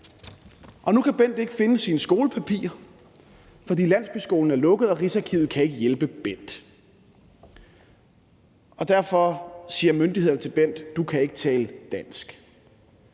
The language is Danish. Nu kan Bent ikke finde sine skolepapirer, fordi landsbyskolen er lukket, og Rigsarkivet kan ikke hjælpe Bent, og derfor siger myndighederne til Bent: Du kan ikke tale dansk.